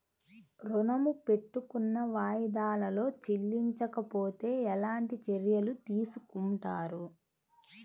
ఋణము పెట్టుకున్న వాయిదాలలో చెల్లించకపోతే ఎలాంటి చర్యలు తీసుకుంటారు?